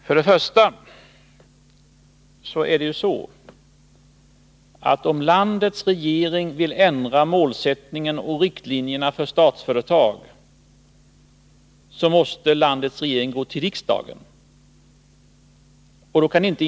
Först och främst är det ju så, att om landets regering vill ändra målsättningen och riktlinjerna för Statsföretag, måste regeringen gå till riksdagen med sin begäran.